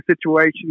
situation